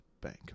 Bank